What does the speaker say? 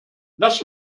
lasst